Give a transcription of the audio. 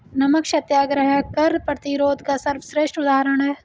नमक सत्याग्रह कर प्रतिरोध का सर्वश्रेष्ठ उदाहरण है